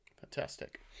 Fantastic